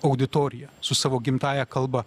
auditoriją su savo gimtąja kalba